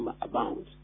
abound